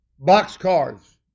boxcars